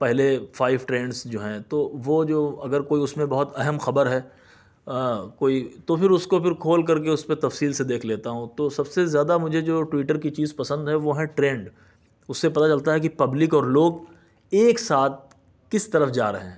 پہلے five trends جو ہیں تو وہ جو اگر کوئی اس میں بہت اہم خبر ہے کوئی تو پھر اس کو پھر کھول کر کے اس پہ تفصیل سے دیکھ لیتا ہوں تو سب سے زیادہ مجھے جو ٹوئیٹر کی چیز پسند ہے وہ ہیں ٹرینڈ اس سے پتہ چلتا ہے کہ پبلک اور لوگ ایک ساتھ کس طرف جا رہے ہیں